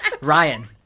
Ryan